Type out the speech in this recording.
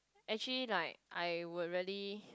actually like I would really